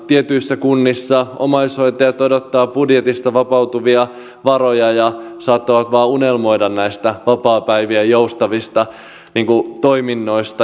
tietyissä kunnissa omaishoitajat odottavat budjetista vapautuvia varoja ja saattavat vain unelmoida näistä vapaapäivien joustavista toiminnoista